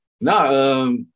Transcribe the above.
No